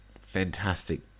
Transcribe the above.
fantastic